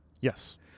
Yes